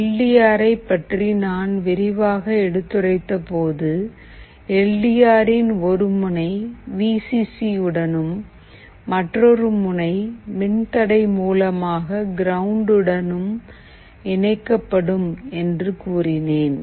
L D ஆரை பற்றி நான் விரிவாக எடுத்துரைத்த போது எல் டி ஆரின் ஒரு முனை வீ சி சி உடனும் மற்றொரு முனை மின்தடை மூலமாக கிரவுண்ட் உடன் இணைக்கப்படும் என்று கூறினேன்